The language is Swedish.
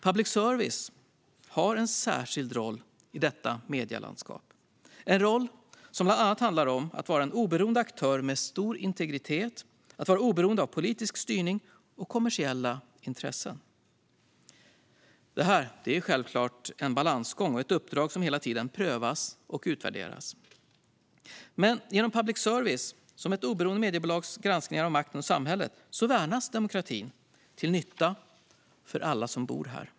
Public service har en särskild roll i detta medielandskap - en roll som bland annat handlar om att vara en oberoende aktör med stor integritet och att vara oberoende av politisk styrning och kommersiella intressen. Detta är självklart en balansgång och ett uppdrag som hela tiden prövas och utvärderas. Genom public service, ett oberoende mediebolag som granskar makten och samhället, värnas demokratin till nytta för alla som bor här.